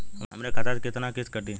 हमरे खाता से कितना किस्त कटी?